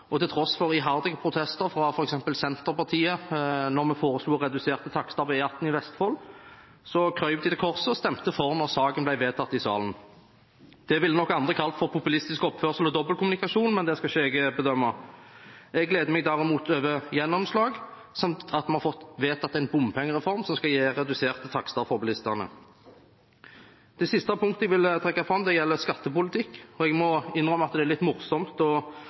og til tross for iherdige protester fra f.eks. Senterpartiet da vi foreslo reduserte takster på E18 i Vestfold, krøp de til korset og stemte for da saken ble vedtatt i salen. Det ville nok andre kalt for populistisk oppførsel og dobbeltkommunikasjon, men det skal ikke jeg bedømme. Jeg gleder meg derimot over gjennomslag samt at vi har fått vedtatt en bompengereform som skal gi reduserte takster for bilistene. Det siste punktet jeg vil trekke fram, gjelder skattepolitikk, og jeg må innrømme at det er litt morsomt å